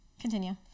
Continue